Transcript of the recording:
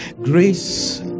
grace